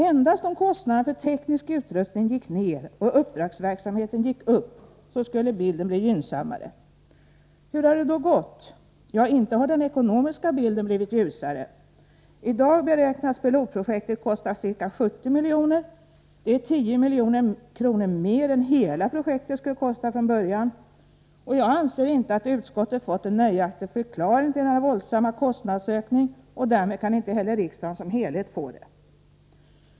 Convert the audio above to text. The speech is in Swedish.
Endast om kostnaderna för teknisk utrustning gick ner och uppdragsverksamheten gick upp skulle bilden bli gynnsammare. Hur har det då gått? Ja, inte har den ekonomiska bilden blivit ljusare. I dag beräknas pilotprojektet kosta ca 70 milj.kr. Det är 10 milj.kr. mer än hela projektet skulle kosta från början. Jag anser inte att utskottet fått en nöjaktig förklaring till denna våldsamma kostnadsökning. Därmed kan inte heller riksdagen som helhet få det.